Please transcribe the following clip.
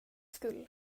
skull